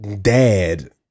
dad